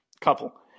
couple